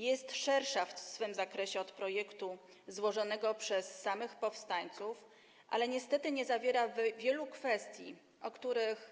Jest ona szersza w swym zakresie od projektu złożonego przez samych powstańców, ale niestety nie zawiera wielu kwestii, o których